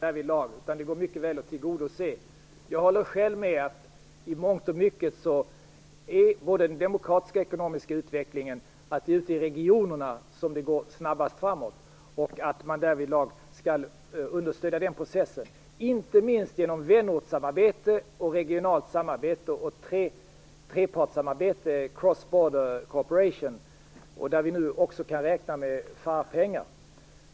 Fru talman! Det finns inga begränsningar därvidlag, utan detta går mycket väl att tillgodose. Jag kan själv hålla med om att den demokratiska och ekonomiska utvecklingen går snabbast framåt ute i regionerna och att denna process skall understödjas, inte minst genom vänortssamarbete, regionalt samarbete och trepartssamarbete, Cross-boarder cooperation, för vilket vi nu också kan räkna med att få fram mera pengar.